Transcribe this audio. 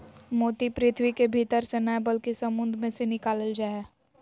मोती पृथ्वी के भीतर से नय बल्कि समुंद मे से निकालल जा हय